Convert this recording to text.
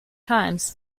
times